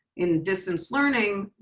in distance learning,